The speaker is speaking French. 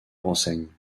renseigne